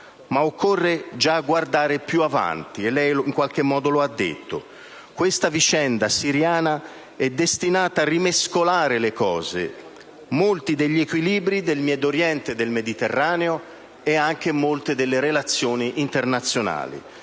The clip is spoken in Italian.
anche già guardare più avanti (lei, in qualche modo, lo ha detto). Questa vicenda siriana è destinata a rimescolare le cose, molti degli equilibri del Medio Oriente e del Mediterraneo e anche molte delle relazioni internazionali: